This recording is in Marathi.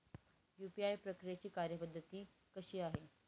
यू.पी.आय प्रक्रियेची कार्यपद्धती कशी आहे?